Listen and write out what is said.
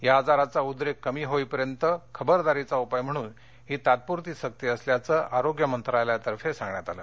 या आजाराचा उद्रेक कमी होईपर्यंत खबरदारीचा उपाय म्हणून ही तात्पूरती सक्ती असल्याचं आरोग्य मंत्रालयातर्फे सांगण्यात आलं